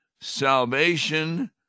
salvation